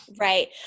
right